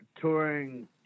Touring